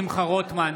בעד שמחה רוטמן,